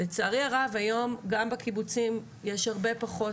לצערי הרב היום גם בקיבוצים יש הרבה פחות